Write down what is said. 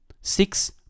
Six